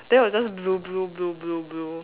then it will just